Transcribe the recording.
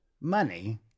money